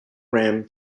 ram